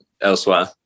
elsewhere